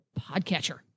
podcatcher